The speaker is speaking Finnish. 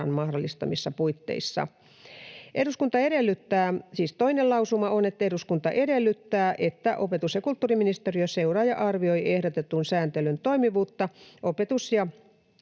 mahdollistamissa puitteissa.” Toinen lausuma on: ”Eduskunta edellyttää, että opetus- ja kulttuuriministeriö seuraa ja arvioi ehdotetun sääntelyn toimivuutta opetus- ja